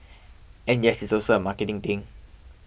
and yes it's also a marketing thing